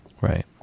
Right